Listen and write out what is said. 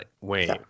Wait